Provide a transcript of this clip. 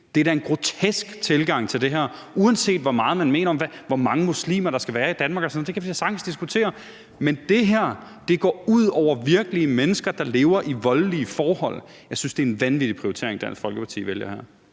Det er da en grotesk tilgang til det her – uanset hvad man mener om, hvor mange muslimer der skal være i Danmark og sådan noget. Det kan vi da sagtens diskutere. Men det her går ud over virkelige mennesker, der lever i voldelige forhold. Jeg synes, det er en vanvittig prioritering, Dansk Folkeparti vælger her.